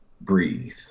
breathe